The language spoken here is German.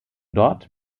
dort